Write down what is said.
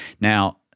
Now